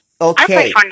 Okay